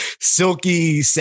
silky